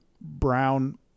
brown